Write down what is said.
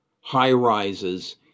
high-rises